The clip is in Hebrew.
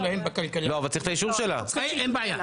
אין בעיה.